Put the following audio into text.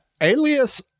Alias